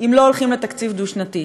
אם לא הולכים לתקציב דו-שנתי.